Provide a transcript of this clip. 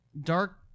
dark